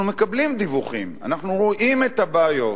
אנחנו מקבלים דיווחים, אנחנו רואים את הבעיות